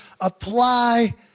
apply